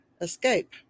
escape